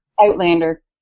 Outlander